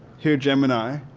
here gemini,